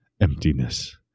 Emptiness